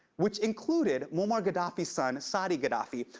which included muammar gaddafi's son, saadi gaddafi,